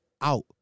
out